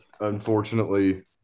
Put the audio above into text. unfortunately